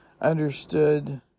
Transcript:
understood